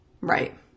right